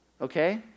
okay